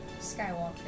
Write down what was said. Skywalker